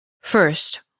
First